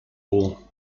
all